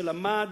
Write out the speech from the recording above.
שלמד,